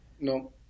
no